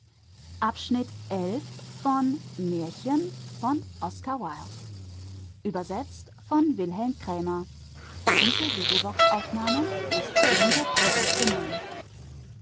ist in der